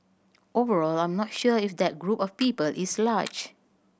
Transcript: overall I'm not sure if that group of people is large